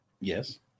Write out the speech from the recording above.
Yes